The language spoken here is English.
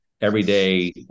everyday